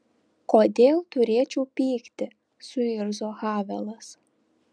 kodėl turėčiau pykti suirzo havelas